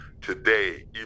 today